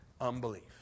unbelief